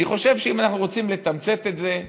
אני חושב שאם אנחנו רוצים לתמצת את זה,